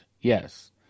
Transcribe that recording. Yes